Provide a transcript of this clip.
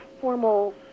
formal